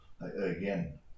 again